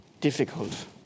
difficult